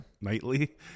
Nightly